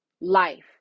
life